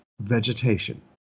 vegetation